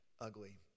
ugly